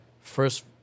First